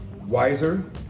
wiser